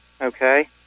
Okay